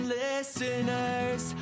listeners